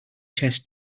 chess